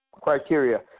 criteria